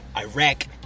iraq